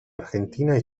argentina